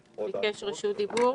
הדיבור.